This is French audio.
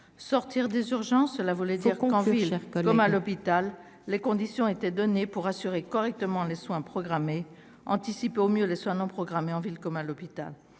sortir des urgences, cela voulait dire qu'on envie comme à l'hôpital, les conditions étaient donnés pour assurer correctement les soins programmés anticiper au mieux les soins non programmés en ville comme à l'hôpital